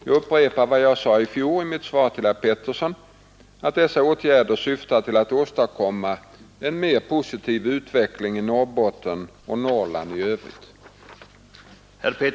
Jag upprepar vad jag sade i fjol i mitt svar till herr Petersson att alla dessa åtgärder syftar till att åstadkomma en mera positiv utveckling i Norrbotten och Norrland i övrigt.